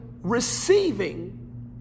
receiving